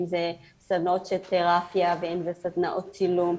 אם זה סדנאות של תרפיה ואם זה סדנאות צילום,